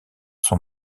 son